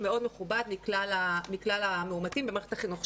מאוד מכובד מכלל המאומתים במערכת החינוך.